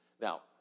Now